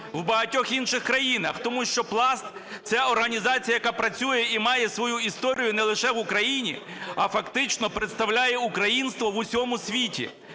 в багатьох інших країнах. Тому що Пласт – це організація, яка працює і має свою історію не лише в Україні, а фактично представляє українство в усьому світі.